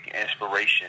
inspiration